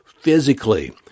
physically